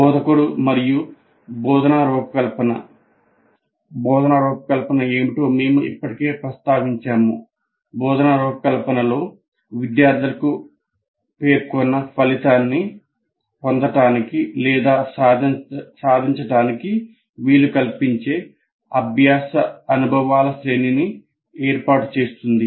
బోధకుడు మరియు బోధనా రూపకల్పన బోధనా రూపకల్పనలో విద్యార్థులకు పేర్కొన్న ఫలితాన్ని పొందటానికి లేదా సాధించడానికి వీలు కల్పించే అభ్యాస అనుభవాల శ్రేణిని ఏర్పాటు చేస్తుంది